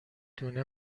دونه